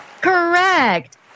Correct